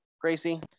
Gracie